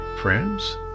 friends